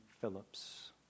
Phillips